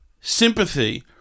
sympathy